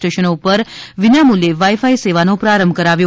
સ્ટેશનો પર વિનામૂલ્યે વાઇફાઇ સેવાનો પ્રારંભ કરાવ્યો